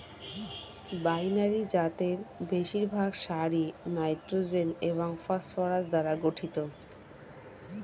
binary জাতের বেশিরভাগ সারই নাইট্রোজেন এবং ফসফরাস দ্বারা গঠিত